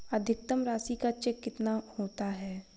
अधिकतम राशि का चेक कितना होता है?